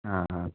आं